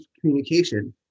communication